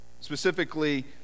Specifically